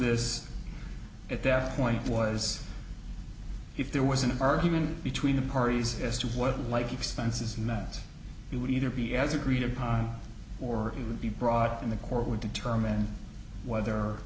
this at that point was if there was an argument between the parties as to what life expenses now you would either be as agreed upon or it would be brought up in the court would determine whether